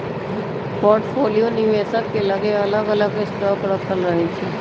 portfolio निवेशक के लगे अलग अलग स्टॉक राखल रहै छइ